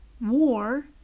war